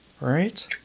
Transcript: Right